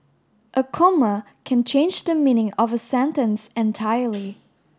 a comma can change the meaning of a sentence entirely